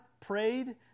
prayed